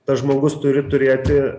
tas žmogus turi turėti